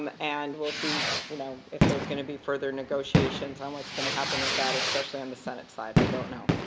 um and we'll see you know if there's going to be further negotiations on what's going to be happening with that, especially on the sensate side. i don't know.